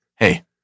Hey